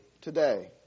today